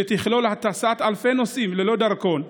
שתכלול הטסת אלפי נוסעים ללא דרכון.